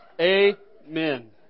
Amen